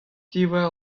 diwar